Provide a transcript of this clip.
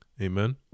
Amen